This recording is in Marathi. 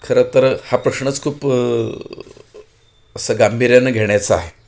खरं तर हा प्रश्नच खूप असं गांभीर्यानं घेण्याचा आहे